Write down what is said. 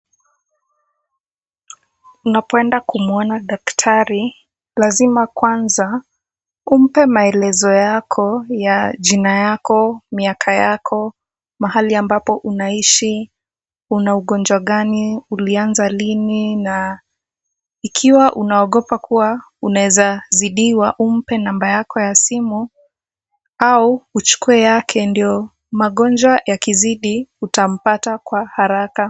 Unapoenda kumwona daktari, lazima kwanza umpe maelezo yako ya jina yako, miaka yako, mahali ambapo unaishi, una ugonjwa gani, ulianza lini na ikiwa unaogopa kuwa unaweza zidiwa umpe namba yako ya simu au uchukue yake ndio magonjwa yakizidi utampata kwa haraka.